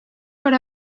per